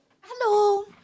Hello